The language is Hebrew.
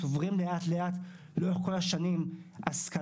צוברים לאט לאט לאורך כל השנים השכלה,